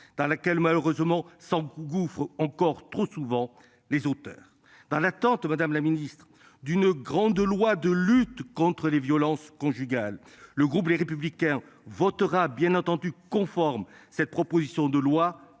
dans laquelle malheureusement s'engouffrent encore trop souvent les auteurs. Dans l'attente. Madame la Ministre d'une grande loi de lutte contre les violences conjugales, le groupe Les Républicains votera bien entendu conforme. Cette proposition de loi